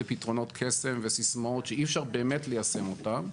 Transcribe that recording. פתרונות קסם וסיסמאות שאי אפשר באמת ליישם אותם.